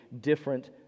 different